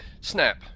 Snap